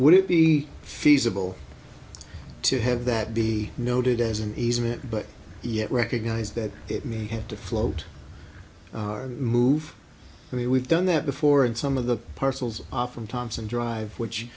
would it be feasible to have that be noted as an easement but yet recognize that it may have to float move i mean we've done that before in some of the parcels off from thomson drive which